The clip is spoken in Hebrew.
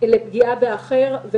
לפגיעה באחר.